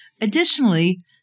Additionally